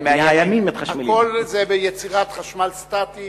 הכול זה יצירת חשמל סטטי.